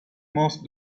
most